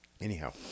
Anyhow